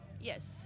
yes